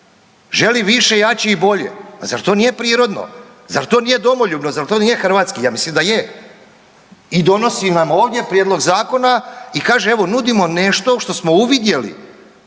želi više, jače i bolje, pa zar to nije prirodno, zar to nije domoljubno, zar to nije hrvatski, ja mislim da je. I donosi nam ovdje prijedlog zakona i kaže evo nudimo nešto što smo uvidjeli